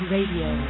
Radio